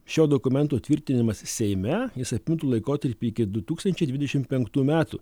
šio dokumento tvirtinimas seime jis apimtų laikotarpį iki du tūkstančiai dvidešimt penktų metų